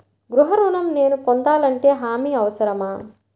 గృహ ఋణం నేను పొందాలంటే హామీ అవసరమా?